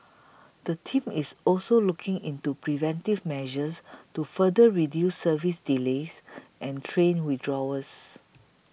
the team is also looking into preventive measures to further reduce service delays and train withdrawals